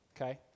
okay